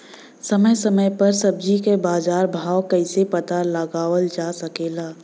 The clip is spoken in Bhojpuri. समय समय समय पर सब्जी क बाजार भाव कइसे पता लगावल जा सकेला?